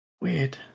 Weird